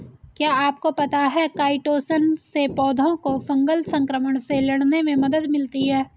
क्या आपको पता है काइटोसन से पौधों को फंगल संक्रमण से लड़ने में मदद मिलती है?